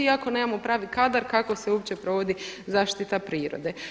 I ako nemamo pravi kadar kako se uopće provodi zaštita prirode.